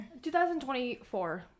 2024